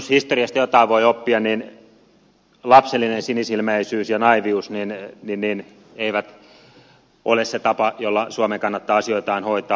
jos historiasta jotain voi oppia niin lapsellinen sinisilmäisyys ja naiivius eivät ole se tapa jolla suomen kannattaa asioitaan hoitaa